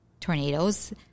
tornadoes